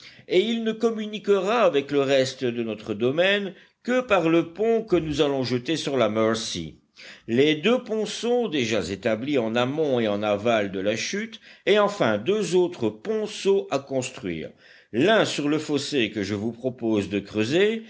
et il ne communiquera avec le reste de notre domaine que par le pont que nous allons jeter sur la mercy les deux ponceaux déjà établis en amont et en aval de la chute et enfin deux autres ponceaux à construire l'un sur le fossé que je vous propose de creuser